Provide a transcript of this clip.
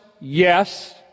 yes